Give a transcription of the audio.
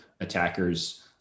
attackers